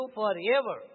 forever